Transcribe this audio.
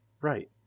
Right